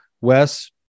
Wes